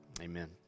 Amen